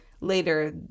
later